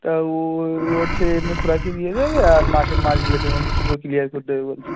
তা ওর হচ্ছে এমনি খোরাকি দিয়ে দেবে আর মাসের মাস গেলে পেমেন্ট পুরো ক্লিয়ার কর দেবে বলছে